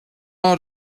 all